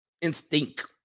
instinct